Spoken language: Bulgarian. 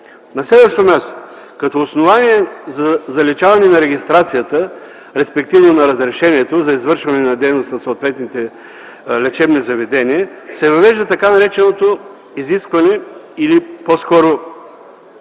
На следващо място - като основание за заличаване на регистрацията, респективно на разрешението за извършване на дейност на съответните лечебни заведения, се въвежда така нареченото изискване или по-скоро